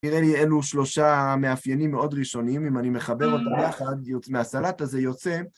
נראה לי אלו שלושה מאפיינים מאוד ראשונים, אם אני מחבר אותם יחד, מהסלט הזה יוצא...